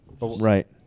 right